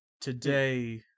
today